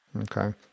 Okay